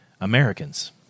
Americans